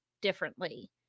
differently